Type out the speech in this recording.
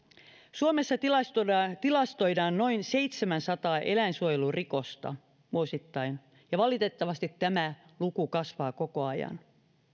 suomessa tilastoidaan tilastoidaan noin seitsemänsataa eläinsuojelurikosta vuosittain ja valitettavasti tämä luku kasvaa koko ajan